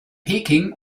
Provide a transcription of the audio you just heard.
peking